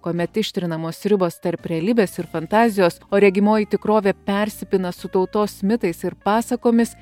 kuomet ištrinamos ribos tarp realybės ir fantazijos o regimoji tikrovė persipina su tautos mitais ir pasakomis